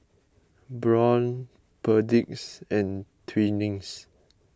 Braun Perdix and Twinings